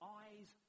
eyes